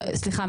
סליחה,